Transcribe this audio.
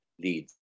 leads